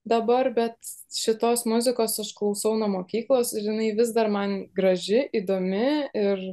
dabar bet šitos muzikos aš klausau nuo mokyklos ir jinai vis dar man graži įdomi ir